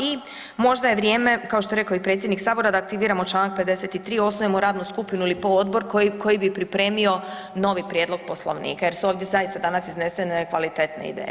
I možda je vrijeme kao što je rekao i predsjednik sabora da aktiviramo Članak 53. i osnujemo radnu skupinu ili poodbor koji bi pripremio novi prijedlog Poslovnika jer su ovdje zaista danas iznesene kvalitetne ideje.